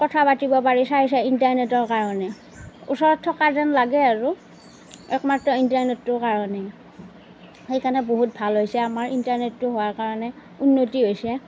কথা পাতিব পাৰি চাই চাই ইণ্টাৰনেটৰ কাৰণে ওচৰত থকা যেন লাগে আৰু একমাত্ৰ ইণ্টাৰনেটটোৰ কাৰণেই সেইকাৰণে বহুত ভাল হৈছে আমাৰ ইণ্টাৰনেটটো হোৱাৰ কাৰণে উন্নতি হৈছে